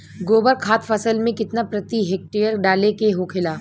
गोबर खाद फसल में कितना प्रति हेक्टेयर डाले के होखेला?